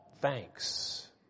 Thanks